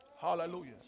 Hallelujah